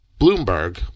Bloomberg